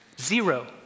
Zero